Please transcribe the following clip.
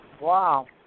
Wow